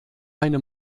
eine